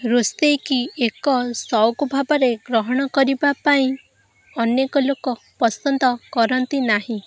ରୋଷେଇକି ଏକ ସଉକ ଭାବରେ ଗ୍ରହଣ କରିବା ପାଇଁଁ ଅନେକ ଲୋକ ପସନ୍ଦ କରନ୍ତି ନାହିଁ